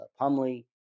Pumley